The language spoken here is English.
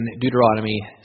Deuteronomy